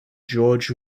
georg